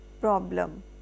problem